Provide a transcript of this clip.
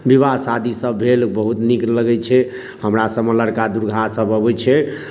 विवाह शादीसभ भेल बहुत नीक लगैत छै हमरासभमे लड़का दूल्हासभ अबै छै